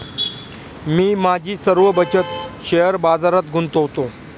मी माझी सर्व बचत शेअर बाजारात गुंतवतो